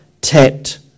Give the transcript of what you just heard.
Tet